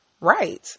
right